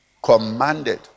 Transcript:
commanded